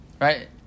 right